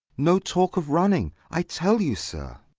no talk of running, i tell you, sir.